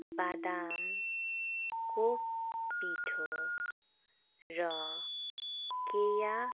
बदमको पिठो र क्रिया